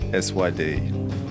Syd